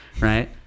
right